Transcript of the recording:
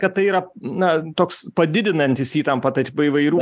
kad tai yra na toks padidinantis įtampą tarp įvairių